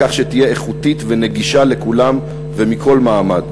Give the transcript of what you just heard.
ובכך שתהיה איכותית ונגישה לכולם ומכל מעמד.